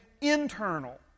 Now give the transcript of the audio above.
internal